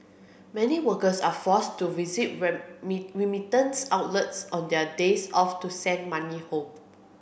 many workers are forced to visit remittance outlets on their days off to send money home